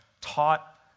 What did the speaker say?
taught